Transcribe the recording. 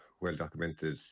well-documented